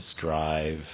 drive